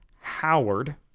Howard